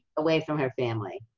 away from her family.